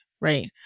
right